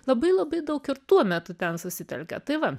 labai labai daug ir tuo metu ten susitelkė tai va